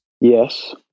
Yes